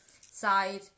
side